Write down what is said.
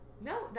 no